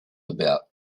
about